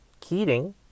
Keating